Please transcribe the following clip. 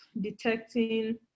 detecting